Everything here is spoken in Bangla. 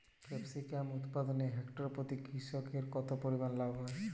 ক্যাপসিকাম উৎপাদনে হেক্টর প্রতি কৃষকের কত পরিমান লাভ হয়?